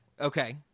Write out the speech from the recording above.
Okay